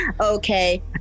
Okay